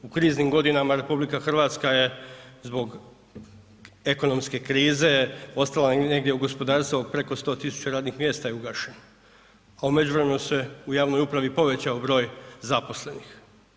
U kriznim godinama RH je zbog ekonomske krize ostala je negdje u gospodarstvu preko 100.000 radnih mjesta je ugašeno, a u međuvremenu se u javnoj upravi povećao broj zaposlenih.